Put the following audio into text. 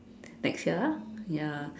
next year ah ya